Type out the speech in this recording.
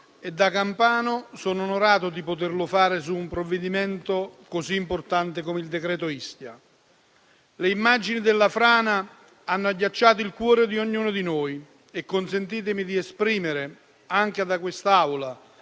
e da campano sono onorato di poterlo fare su un provvedimento così importante come il decreto Ischia. Le immagini della frana hanno agghiacciato il cuore di ognuno di noi e consentitemi di esprimere, anche da quest'Aula,